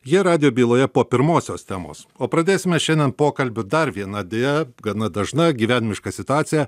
jie radijo byloje po pirmosios temos o pradėsime šiandien pokalbį dar viena deja gana dažna gyvenimiška situacija